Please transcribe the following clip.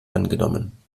angenommen